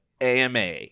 ama